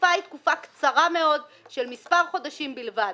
התקופה היא תקופה קצרה מאוד של מספר חודשים בלבד.